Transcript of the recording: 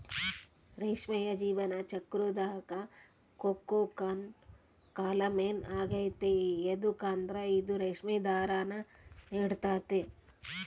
ರೇಷ್ಮೆಯ ಜೀವನ ಚಕ್ರುದಾಗ ಕೋಕೂನ್ ಕಾಲ ಮೇನ್ ಆಗೆತೆ ಯದುಕಂದ್ರ ಇದು ರೇಷ್ಮೆ ದಾರಾನ ನೀಡ್ತತೆ